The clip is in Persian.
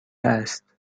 است